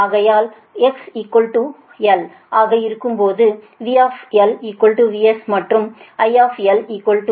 ஆகையால் x l ஆக இருக்கும் போது V VS மற்றும் I IS